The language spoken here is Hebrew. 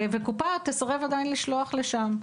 וקופה מסוימת עדיין תסרב לשלוח לשם.